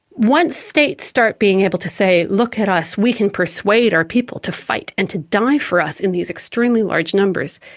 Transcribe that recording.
once states start being able to say look at us, we can persuade our people to fight and to die for us in these extremely large numbers',